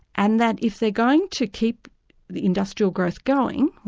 and that if they're going to keep industrial growth going,